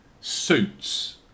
suits